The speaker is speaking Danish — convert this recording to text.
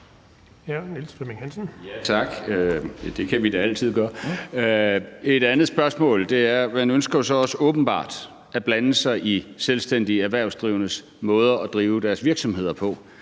Niels Flemming Hansen (KF): Tak. Ja, det kan vi da altid gøre. En anden ting er, at man åbenbart også ønsker at blande sig i selvstændige erhvervsdrivendes måde at drive deres virksomhed på.